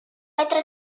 petra